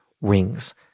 rings